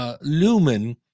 Lumen